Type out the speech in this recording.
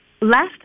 left